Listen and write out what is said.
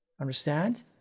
Understand